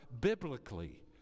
biblically